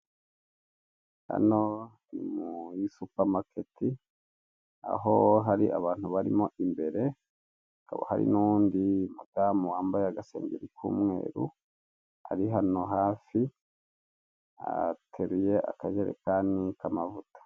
Hano ni muri supamaketi aho hari abantu barimo imbere hakaba hari nundi mudamu wambaye agasengeri kumweru ari hano hafi ateruye akajerekani k'amavuta.